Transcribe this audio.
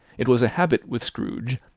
it was a habit with scrooge,